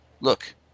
Look